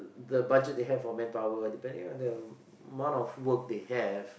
the budget they have for manpower depending on the amount of work they have